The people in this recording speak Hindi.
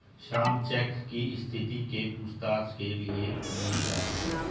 श्याम चेक की स्थिति के पूछताछ के लिए बैंक जा रहा है